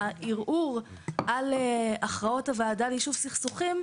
הערעור על הכרעות הוועדה ליישוב סכסוכים,